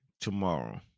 tomorrow